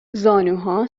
زانوها